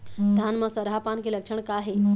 धान म सरहा पान के लक्षण का हे?